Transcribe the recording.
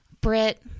Brit